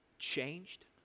Changed